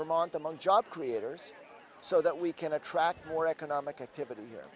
vermont among job creators so that we can attract more economic activity here